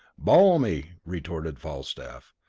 balmy! retorted falstaff.